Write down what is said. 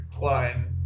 line